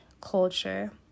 culture